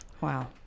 Wow